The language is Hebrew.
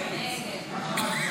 כהצעת הוועדה,